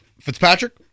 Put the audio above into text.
Fitzpatrick